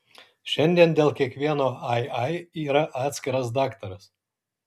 šiandien dėl kiekvieno ai ai yra atskiras daktaras